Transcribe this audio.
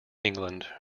england